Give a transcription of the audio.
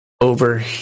over